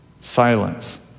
Silence